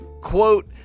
Quote